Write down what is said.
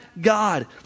God